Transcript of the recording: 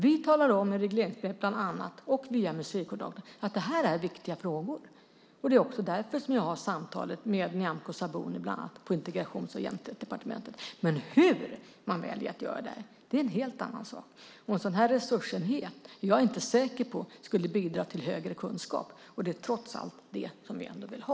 Vi talar bland annat genom regleringsbrevet och via museikoordinatorn om att det här är viktiga frågor. Det är därför som jag har samtal med bland annat Nyamko Sabuni på Integrations och jämställdhetsdepartementet. Men hur man väljer att göra detta är en helt annan sak. Jag är inte säker på att en sådan här resursenhet skulle bidra till större kunskap. Det är trots allt det vi vill ha.